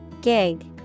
Gig